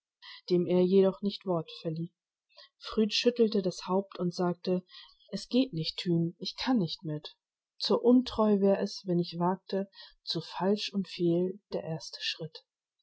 dem er jedoch nicht worte lieh früd schüttelte das haupt und sagte es geht nicht tyn ich kann nicht mit zur untreu wär es wenn ich's wagte zu falsch und fehl der erste schritt